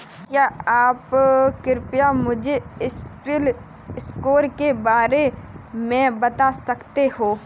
क्या आप कृपया मुझे सिबिल स्कोर के बारे में बता सकते हैं?